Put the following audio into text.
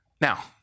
Now